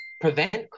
prevent